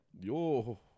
Yo